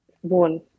one